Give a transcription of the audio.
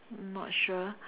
not sure